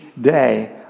day